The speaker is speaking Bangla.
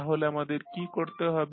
তাহলে আমাদের কী করতে হবে